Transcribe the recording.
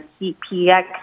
cpx